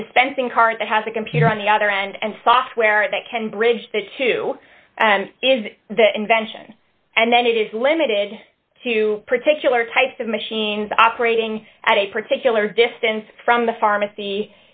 a dispensing card that has a computer on the other end and software that can bridge the two is the invention and then it is limited to particular types of machines operating at a particular distance from the pharmacy